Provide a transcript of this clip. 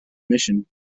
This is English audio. admission